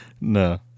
No